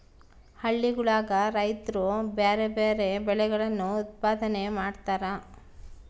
ಹಳ್ಳಿಗುಳಗ ರೈತ್ರು ಬ್ಯಾರೆ ಬ್ಯಾರೆ ಬೆಳೆಗಳನ್ನು ಉತ್ಪಾದನೆ ಮಾಡತಾರ